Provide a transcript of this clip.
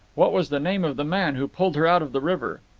what was the name of the man who pulled her out of the river?